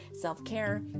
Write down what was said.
self-care